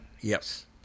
Yes